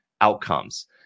Outcomes